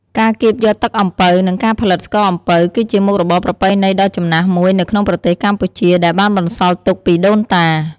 ការកៀបយកទឹកអំពៅ និងការផលិតស្ករអំពៅ គឺជាមុខរបរប្រពៃណីដ៏ចំណាស់មួយនៅក្នុងប្រទេសកម្ពុជា ដែលបានបន្សល់ទុកពីដូនតា។